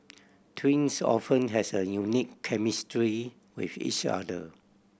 twins often has a unique chemistry with each other